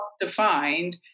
defined